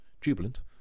jubilant